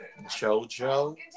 Jojo